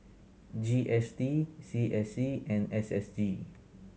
G S T C S C and S S G